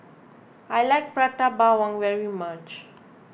I like Prata Bawang very much